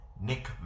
Nick